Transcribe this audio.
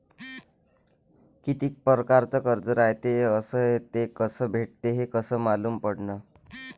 कितीक परकारचं कर्ज रायते अस ते कस भेटते, हे कस मालूम पडनं?